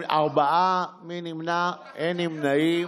ארבעה נגד, אין נמנעים.